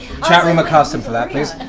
chatroom, accost him for that, please.